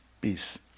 peace